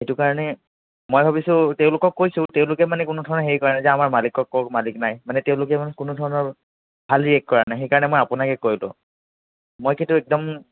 সেইটো কাৰণে মই ভাবিছোঁ তেওঁলোকক কৈছোঁ তেওঁলোকে মানে কোনোধৰণৰ হেৰি কৰা নাই যে আমাৰ মালিকক কওক মালিক নাই মানে তেওঁলোকে মানে কোনো ধৰণৰ ভাল ৰিয়েক্ট কৰা নাই সেইকাৰণে মই আপোনাকে ক'লোঁ মই কিন্তু একদম